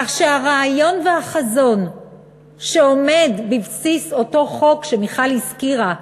כך שהרעיון והחזון שעומד בבסיס אותו חוק שמיכל הזכירה,